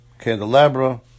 candelabra